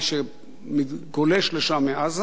שגולש לשם מעזה,